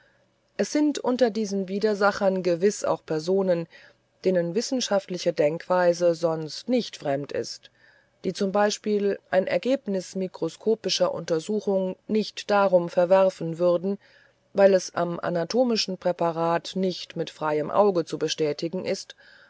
es sind unter diesen widersachern gewiß auch personen denen wissenschaftliche denkweise sonst nicht fremd ist die z b ein ergebnis mikroskopischer untersuchung nicht darum verwerfen würden weil es am anatomischen präparat nicht mit freiem auge zu bestätigen ist